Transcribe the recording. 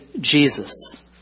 Jesus